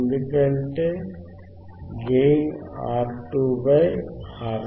ఎందుకంటే gain R2 R1